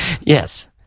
Yes